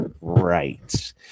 Right